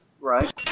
Right